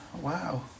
wow